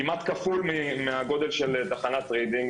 כמעט כפול מהגודל של תחנת רידינג,